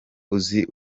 uzira